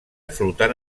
flotant